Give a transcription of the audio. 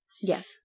Yes